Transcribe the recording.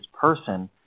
person